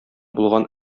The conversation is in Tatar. булган